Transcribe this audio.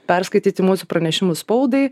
perskaityti mūsų pranešimus spaudai